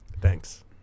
Thanks